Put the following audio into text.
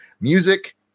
music